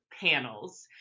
panels